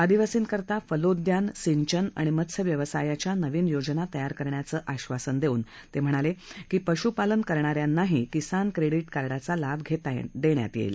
आदिवासींकरता फलोद्यान सिंचन आणि मत्स्यव्यवसायाच्या नवीन योजना तयार करण्याचं आबासन देऊन ते म्हणाले की पशुपालन करणाऱ्यांनाही किसान क्रेडीट कार्डाचा लाभ देण्यात येईल